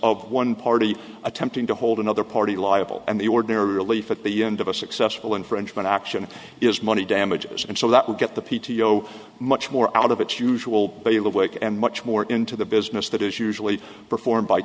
of one party attempting to hold another party liable and the ordinary relief at the end of a successful infringement action is money damages and so that will get the p t o much more out of its usual bailiwick and much more into the business that is usually performed by